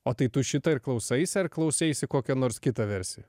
o tai tu šitą ir klausaisi ar klausiaisi kokią nors kitą versiją